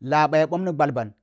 bo ya ɓomni gbal ban